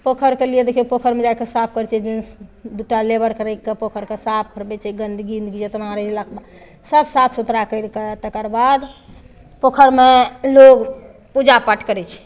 पोखरिके लिए देखियौ पोखरिमे जा कऽ साफ करै छै जींस दूटा लेबरके राखि कऽ पोखरिके साफ करबै छै गंदगी उन्दगी जेतना रहेला सब साफ सुथरा कैरि कऽ तकरबाद पोखरिमे लोग पूजापाठ करै छै